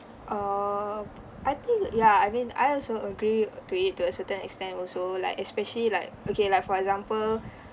err I think ya I mean I also agree to it to a certain extent also like especially like okay like for example